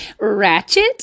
Ratchet